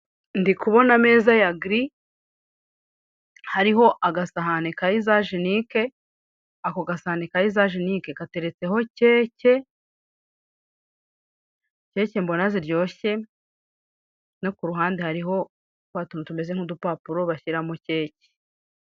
Abantu bicaye ahantu mu cyumba kinini kirimo amatara makeya y'umuhondo hari intebe z'umutuku ndetse naho banyura hakozwe mumabara y'umukara n'umweru. Ahantu hanywerebwa inzoga.